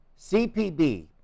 CPB